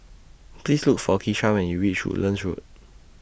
Please Look For Keshia when YOU REACH Woodlands Road